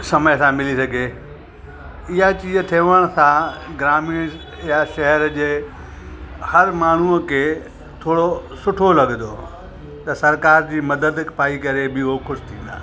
समय सां मिली सघे ईअं चीज थियण सां ग्रामीण या शहर जे हर माण्हूअ खे थोरे सुठो लॻंदो त सरकार जी मदद पाए करे बि हो ख़ुशि थींदा